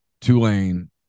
Tulane